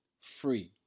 free